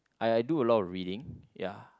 I I do a lot reading ya